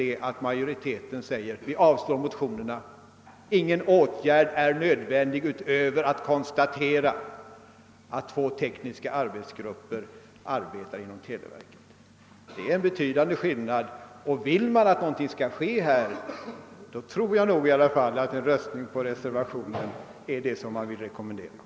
Utskottsmajoriteten har bara avstyrkt motionerna och inte ansett någon åtgärd nödvändig; man har konstaterat att två tekniska arbetsgrupper är tillsatta inom televerket. Detta är ju en betydande skillnad. Om man önskar att någonting skall hända på detta område, vill jag rekommendera kammarens ledamöter att rösta på reservationen.